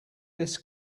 this